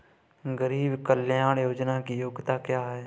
गरीब कल्याण योजना की योग्यता क्या है?